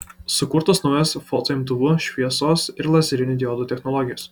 sukurtos naujos fotoimtuvų šviesos ir lazerinių diodų technologijos